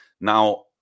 Now